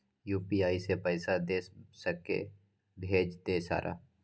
UPI से पैसा दे सके भेज दे सारा?